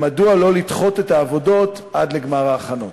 3. מדוע לא לדחות את העבודות עד גמר ההכנות?